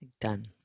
done